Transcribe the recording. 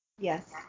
Yes